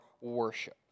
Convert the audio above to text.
worship